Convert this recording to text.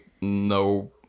no